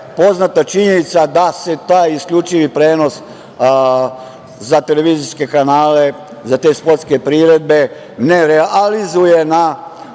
poznata činjenica da se taj isključivi prenos za televizijske kanale, za te sportske priredbe ne realizuje na